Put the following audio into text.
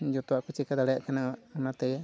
ᱡᱚᱛᱚᱣᱟᱜ ᱠᱚ ᱪᱮᱠᱟ ᱫᱟᱲᱮᱭᱟᱜ ᱠᱟᱱᱟ ᱚᱱᱟᱛᱮ